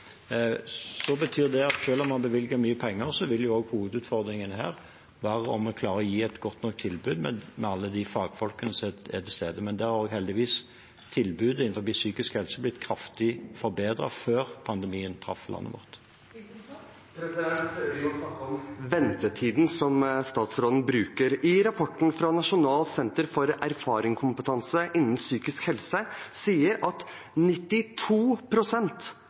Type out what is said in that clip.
om man bevilger mye penger, vil hovedutfordringen være om en klarer å gi et godt nok tilbud med alle de fagfolkene som er til stede. Heldigvis er tilbudene innenfor psykisk helse blitt kraftig forbedret før pandemien traff landet vårt. Vi må snakke om ventetidene som statsråden bruker. I rapporten fra Nasjonalt senter for erfaringskompetanse innen psykisk helse sier 92 pst. av informantene at